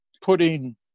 putting